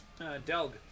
Delg